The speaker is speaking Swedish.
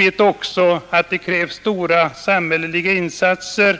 Det krävs även stora samhälleliga insatser